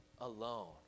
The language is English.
alone